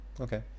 Okay